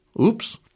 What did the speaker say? Oops